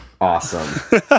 Awesome